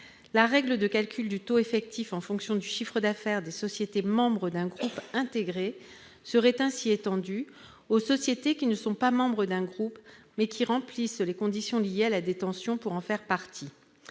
la règle de calcul du taux effectif en fonction du chiffre d'affaires des sociétés membres d'un groupe intégré serait ainsi étendue aux sociétés qui ne sont pas membres d'un groupe, mais qui remplissent les conditions liées à la détention pour en faire partie.